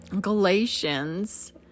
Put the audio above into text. Galatians